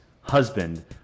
husband